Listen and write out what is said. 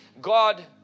God